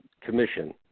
commission